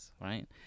right